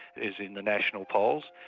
as in the national polls,